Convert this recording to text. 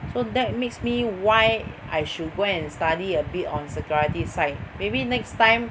so that makes me why I should go and study a bit on security side maybe next time